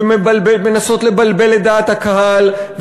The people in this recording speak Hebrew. ומנסות לבלבל את דעת הקהל,